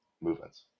movements